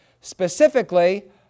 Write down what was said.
specifically